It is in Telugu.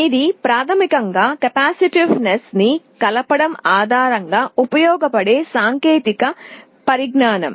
ఇది ప్రాథమికంగా కెపాసిటివ్నెస్ కలపడం ఆధారంగా ఉపయోగపడే సాంకేతిక పరిజ్ఞానం